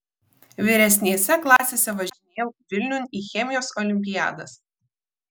vyresnėse klasėse važinėjau vilniun į chemijos olimpiadas